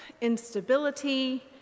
instability